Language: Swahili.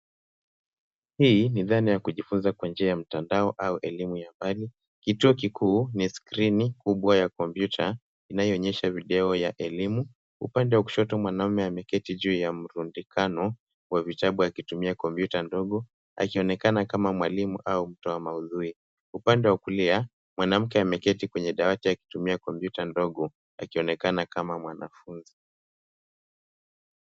Hii ni dhana ya kujifunza kwa njia ya mtandao au elimu ya mbali. Kituo kikuu ni skrini kubwa ya kompyuta, inayoonyesha video ya elimu. Upande wa kushoto mwanamume ameketi juu ya murundikano wa vitabu akitumia kompyuta ndogo akionekana kama mwalimu au mtoa maudhui. Upande wa kulia, mwanamke ameketi kwenye dawati akitumia kompyuta ndogo akionekana kama mwanafunzi.